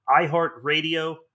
iHeartRadio